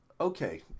Okay